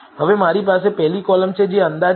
હવે મારી પાસે પહેલી કોલમ છે જે અંદાજ છે